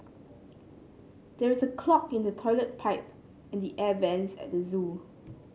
there is a clog in the toilet pipe and the air vents at the zoo